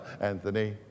Anthony